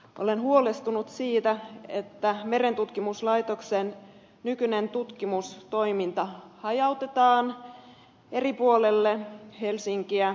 olen huolestunut siitä että merentutkimuslaitoksen nykyinen tutkimustoiminta hajautetaan eri puolille helsinkiä